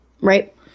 Right